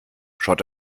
schaut